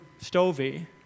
Stovey